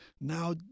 Now